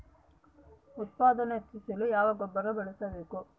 ಉತ್ಪಾದನೆ ಹೆಚ್ಚಿಸಲು ಯಾವ ಗೊಬ್ಬರ ಬಳಸಬೇಕು?